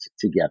together